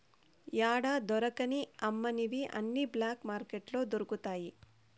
యాడా దొరకని అమ్మనివి అన్ని బ్లాక్ మార్కెట్లో దొరుకుతాయి